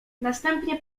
następnie